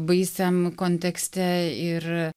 baisiam kontekste ir